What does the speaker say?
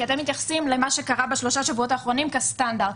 כי אתם מתייחסים למה שמה שקרה בשלושה שבועות האחרונים כסטנדרט.